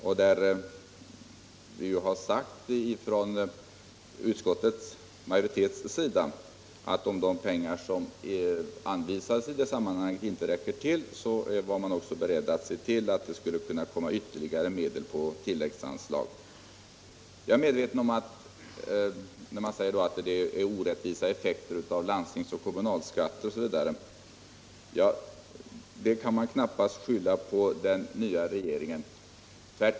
Utskottsmajoriteten har ju sagt att man, om de pengar som anvisas i det sammanhanget inte räcker till, också är beredd att bevilja ytterligare medel på tilläggsbudget. Det blir orättvisa effekter av landstingsoch kommunalskatt, säger Birgitta Dahl. Men det kan man ju knappast skylla den nya regeringen för.